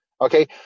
Okay